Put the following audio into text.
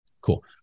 Cool